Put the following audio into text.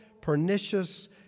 pernicious